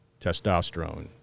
testosterone